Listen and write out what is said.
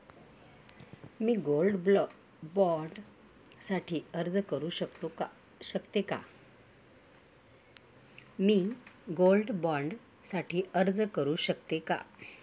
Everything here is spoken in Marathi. मी गोल्ड बॉण्ड साठी अर्ज करु शकते का?